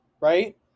Right